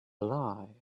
lie